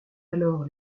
alors